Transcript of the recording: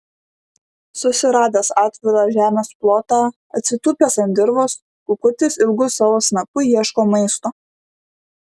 susiradęs atvirą žemės plotą atsitūpęs ant dirvos kukutis ilgu savo snapu ieško maisto